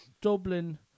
Dublin